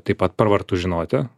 taip pat pravartu žinoti